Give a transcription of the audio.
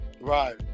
Right